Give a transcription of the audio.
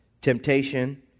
temptation